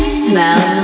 smell